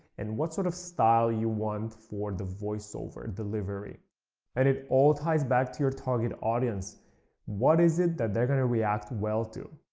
and what sort of style you want for the voiceover delivery and it all ties back to your target audience what is it that they are going to react well to?